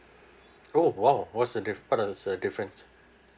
oh !wow! what's the dif~ what are the difference